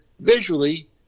visually